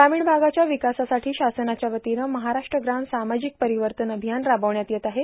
ग्रामीण भागाच्या र्वकासासाठी शासनाच्यावतीने महाराष्ट्र ग्राम सामाजिक र्पारवतन र्आभयान रार्बावण्यात येत आहे